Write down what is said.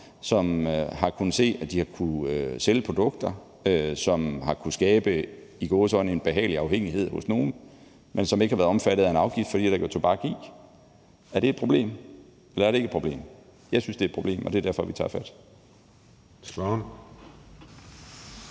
som har kunnet se, at de har kunnet sælge produkter, som har kunnet skabe en – i gåseøjne – behagelig afhængighed hos nogle, men som ikke har været omfattet af en afgift, fordi der ikke var tobak i. Er det et problem, eller er det ikke et problem? Jeg synes, det er et problem, og det er derfor, vi tager fat